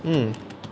mm